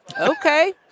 okay